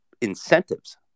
incentives